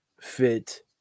fit